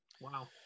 wow